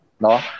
no